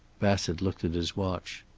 bassett looked at his watch.